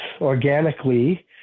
organically